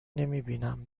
نمیبینم